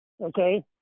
Okay